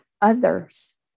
others